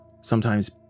Sometimes